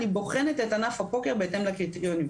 אני בוחנת את ענף הפוקר בהתאם לקריטריונים.